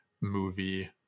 movie